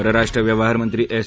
परराष्ट्र व्यवहारमंत्री एस